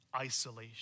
isolation